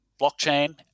blockchain